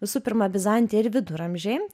visų pirma bizantija ir viduramžiai